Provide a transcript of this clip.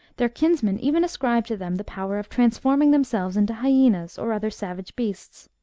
their kinsmen even ascribe to them the power of transforming themselves into hyaenas, or other savage beasts.